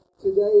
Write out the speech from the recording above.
today